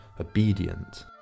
obedient